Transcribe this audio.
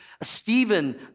Stephen